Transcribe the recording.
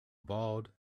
bald